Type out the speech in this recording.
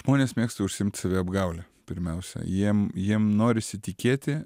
žmonės mėgsta užsiimt saviapgaule pirmiausia jiem jiem norisi tikėti